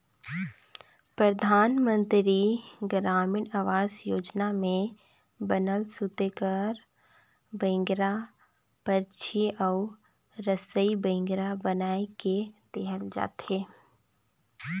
परधानमंतरी गरामीन आवास योजना में बनल सूते कर बइंगरा, परछी अउ रसई बइंगरा बनाए के देहल जाथे